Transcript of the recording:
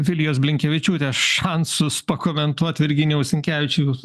vilijos blinkevičiūtės šansus pakomentuot virginijaus sinkevičiau